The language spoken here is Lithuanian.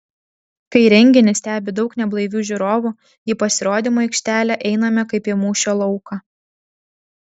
kai renginį stebi daug neblaivių žiūrovų į pasirodymo aikštelę einame kaip į mūšio lauką